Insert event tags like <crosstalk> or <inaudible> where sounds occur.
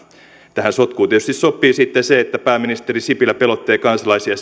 tähän sotkuun tietysti sopii sitten se että pääministeri sipilä pelottelee kansalaisia <unintelligible>